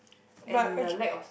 and the lack of